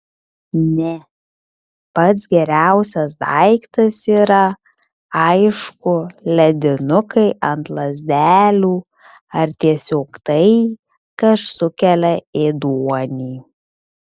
ne pats geriausias daiktas yra aišku ledinukai ant lazdelių ar tiesiog tai kas sukelia ėduonį